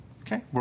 Okay